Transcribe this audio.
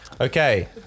Okay